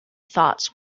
thoughts